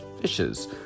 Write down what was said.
fishes